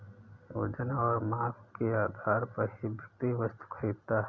वजन और माप के आधार पर ही व्यक्ति वस्तु खरीदता है